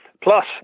Plus